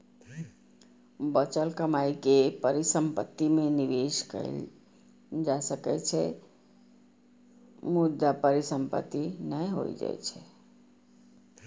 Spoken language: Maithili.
बचल कमाइ के परिसंपत्ति मे निवेश कैल जा सकै छै, मुदा परिसंपत्ति नै होइ छै